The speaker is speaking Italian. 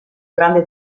grande